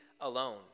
alone